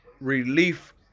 relief